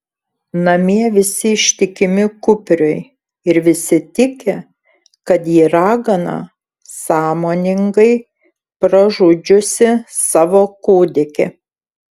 namie visi ištikimi kupriui ir visi tiki kad ji ragana sąmoningai pražudžiusi savo kūdikį